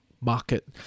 market